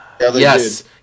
Yes